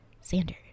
Sander